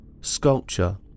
sculpture